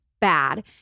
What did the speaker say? bad